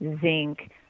zinc